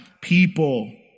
people